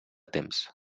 temps